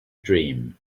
dream